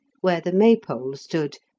where the may-pole stood,